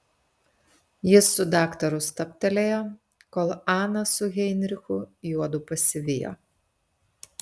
jis su daktaru stabtelėjo kol ana su heinrichu juodu pasivijo